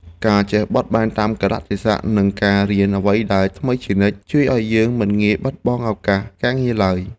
ការចេះបត់បែនតាមកាលៈទេសៈនិងការរៀនអ្វីដែលថ្មីជានិច្ច ជួយឱ្យយើងមិនងាយបាត់បង់ឱកាសការងារឡើយ។